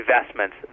investments